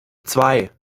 zwei